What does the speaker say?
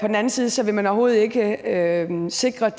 på den anden side vil man overhovedet ikke sikre